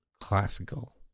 classical